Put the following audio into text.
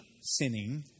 sinning